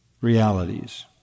realities